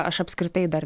aš apskritai dar